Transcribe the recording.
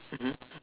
mmhmm